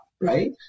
right